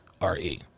R-E